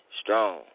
strong